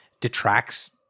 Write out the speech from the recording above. detracts